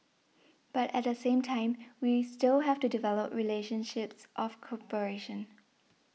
but at the same time we still have to develop relationships of cooperation